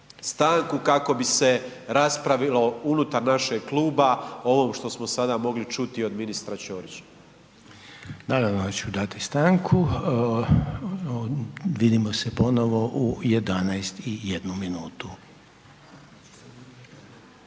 stanku kako bi se raspravilo unutar našega kluba o ovom što smo sada mogli čuti od ministra Ćorića. **Reiner, Željko (HDZ)** Naravno da ću dati stanku. Vidimo se ponovo u 11